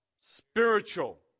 spiritual